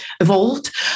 evolved